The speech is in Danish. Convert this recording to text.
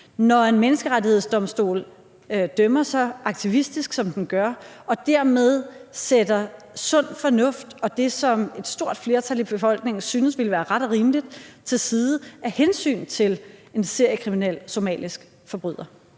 når en menneskerettighedsdomstol dømmer så aktivistisk, som den gør, og dermed sætter sund fornuft og det, som et stort flertal i befolkningen synes ville være ret og rimeligt, til side af hensyn til en seriekriminel somalisk forbryder.